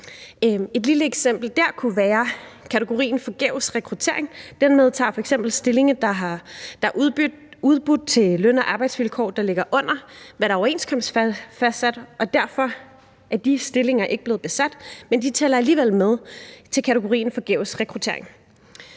eksempel her kunne være kategorien forgæves rekruttering. Den medtager f.eks. stillinger, der er udbudt til løn- og arbejdsvilkår, der ligger under det, der er overenskomstfastsat. Derfor er de stillinger ikke blevet besat, men de tæller alligevel med til kategorien forgæves rekruttering.